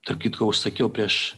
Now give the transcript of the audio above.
tarp kitko užsakiau prieš